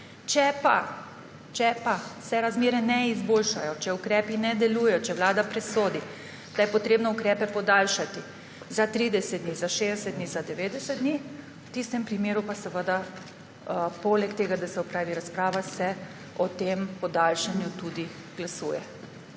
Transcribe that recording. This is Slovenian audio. Če pa se razmere ne izboljšajo, če ukrepi ne delujejo, če Vlada presodi, da je potrebno ukrepe podaljšati za 30 dni, za 60 dni, za 90 dni, v tistem primeru pa se seveda poleg tega, da se opravi razprava, o tem podaljšanju tudi glasuje,